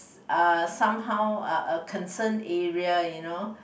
uh somehow a a concern you know